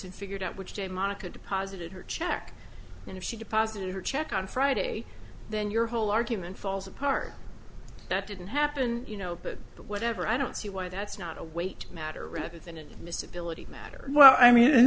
and figured out which day market deposited her check and if she deposited her check on friday then your whole argument falls apart that didn't happen you know but whatever i don't see why that's not a weight matter rather than a miss ability matter well i mean i